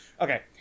Okay